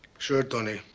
sure, tony.